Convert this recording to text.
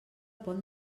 pont